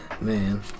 Man